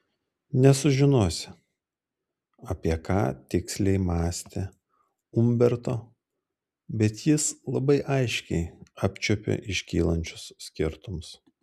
nesužinosi apie ką tiksliai mąstė umberto bet jis labai aiškiai apčiuopė iškylančius skirtumus